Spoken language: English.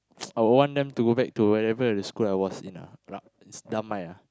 I would want them to go back to whatever the school I was in ah ra~ it's Damai ah